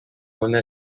una